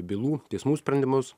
bylų teismų sprendimus